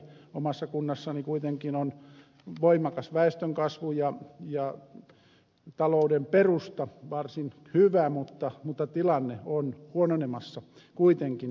omassa kunnassani kuitenkin on voimakas väestönkasvu ja talouden perusta varsin hyvä mutta tilanne on huononemassa kuitenkin hurjalla vauhdilla